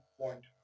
point